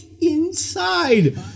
inside